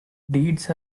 deeds